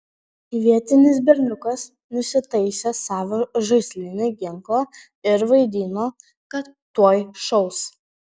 vietinis berniukas nusitaisė savo žaislinį ginklą ir vaidino kad tuoj šaus